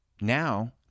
Now